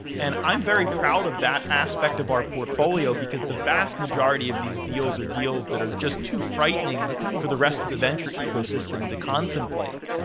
and i'm very proud of that aspect of our portfolio because the vast majority of these deals are deals that are just too frightening for the rest of the venture ecosystem to contemplate,